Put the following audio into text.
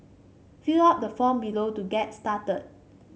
fill out the form below to get started